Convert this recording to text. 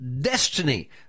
destiny